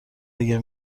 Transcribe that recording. اگر